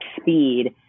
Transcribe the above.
speed